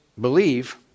believe